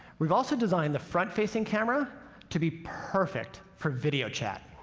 we've also designed the front-facing camera to be perfect for video chat.